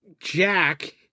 Jack